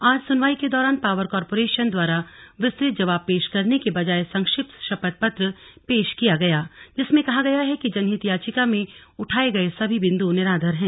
आज सुनवाई के दौरान पावर कारपोरेशन द्वारा विस्तृत जवाब पेश करने के बजाय संक्षिप्त शपथपत्र पेश किया गया जिसमें कहा गया है कि जनहित याचिका में उठाये गए सभी बिंदु निराधार है